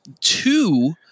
Two